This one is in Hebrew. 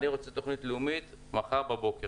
אני רוצה תוכנית לאומית מחר בבוקר,